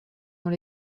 dans